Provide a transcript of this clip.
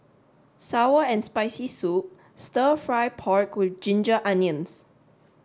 sour and spicy soup stir fry pork with ginger onions